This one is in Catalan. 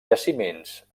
jaciments